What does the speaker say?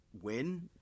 win